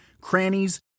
crannies